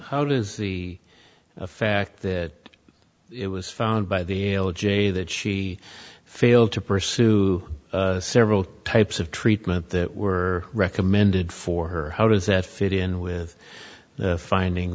does the effect that it was found by the way that she failed to pursue several types of treatment that were recommended for her how does that fit in with the finding